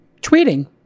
tweeting